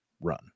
run